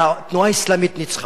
כשהתנועה האסלאמית ניצחה.